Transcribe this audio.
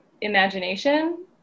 imagination